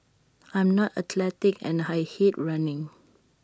I am not athletic and I hate running